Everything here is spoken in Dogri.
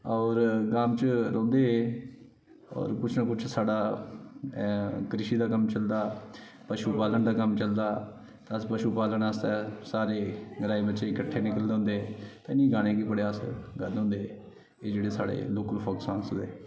और ग्रांम च रौंहदे और कुछ ना कुछ साडा कृषि दा कम्म चलदा पशु पालन दा कम्म चलदा ते अस पशु पालन आस्ते अस ग्रां च जांदे गाने बी बडे़ अस गांदे होंदे हे एह् जेहडे़ साढ़े लोकल फोक सांग्स ना